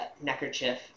neckerchief